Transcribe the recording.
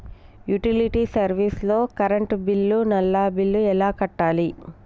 Utility service లో current bill, నల్లా bill ఎలా కట్టాలి?